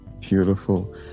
beautiful